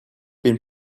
been